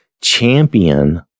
champion